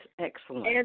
excellent